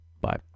Bye